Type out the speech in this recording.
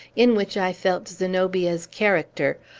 in which i felt zenobia's character,